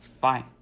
Bye